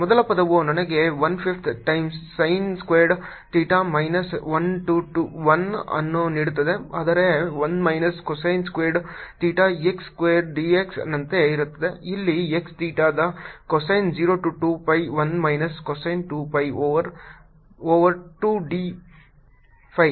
ಮೊದಲ ಪದವು ನನಗೆ 1 fifth times sin squared theta minus 1 to 1 ಅನ್ನು ನೀಡುತ್ತದೆ ಆದರೆ 1 minus cosine squared theta x square dx ನಂತೆ ಇರುತ್ತದೆ ಇಲ್ಲಿ x ಥೀಟಾದ cosine 0 to 2 pi 1 minus cosine 2 pi over 2 d phi